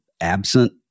absent